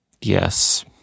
Yes